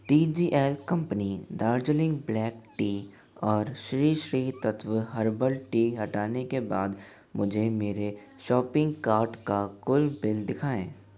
T G L company Darjeeling black tea और Shri Shri Tattva herbal tea हटाने के बाद मुझे मेरे शॉपिंग कार्ट का कुल बिल दिखाएँ